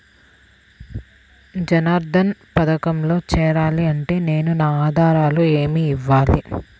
జన్ధన్ పథకంలో చేరాలి అంటే నేను నా ఆధారాలు ఏమి ఇవ్వాలి?